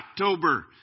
October